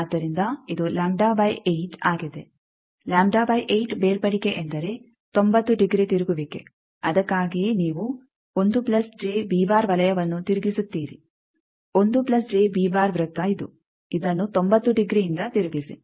ಆದ್ದರಿಂದ ಇದು ಆಗಿದೆ ಬೇರ್ಪಡಿಕೆ ಎಂದರೆ 90 ಡಿಗ್ರಿ ತಿರುಗುವಿಕೆ ಅದಕ್ಕಾಗಿಯೇ ನೀವು ವಲಯವನ್ನು ತಿರುಗಿಸುತ್ತೀರಿ ವೃತ್ತ ಇದು ಇದನ್ನು 90 ಡಿಗ್ರಿಯಿಂದ ತಿರುಗಿಸಿ